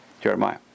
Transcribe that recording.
Jeremiah